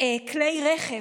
כלי רכב.